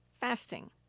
fasting